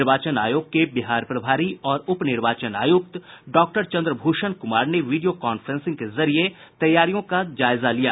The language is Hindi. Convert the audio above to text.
निर्वाचन आयोग के बिहार प्रभारी और उप निर्वाचन आयुक्त डॉक्टर चंद्रभूषण कुमार ने वीडियो कांफ्रेंसिंग के जरिये तैयारियों का जायजा लिया